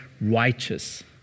righteous